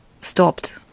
stopped